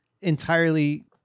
entirely